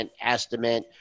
estimate